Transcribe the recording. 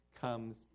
comes